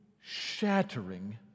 shattering